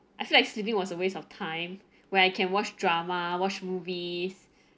I feel like sleeping was a waste of time where I can watch drama watch movies